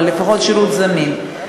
אבל לפחות שירות זמין.